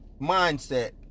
mindset